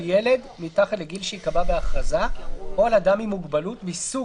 ילד מתחת לגיל שייקבע בהכרזה או על אדם עם מוגבלות מסוג